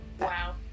Wow